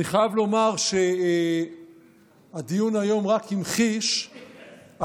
אני חייב לומר שהדיון היום רק המחיש עד